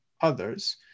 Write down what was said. others